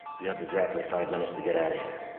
you have exactly five minutes to get out of here.